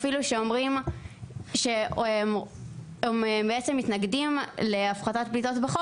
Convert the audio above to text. הם בעצם מתנגדים להפחתת פליטות בחוק